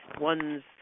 one's